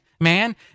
man